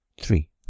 three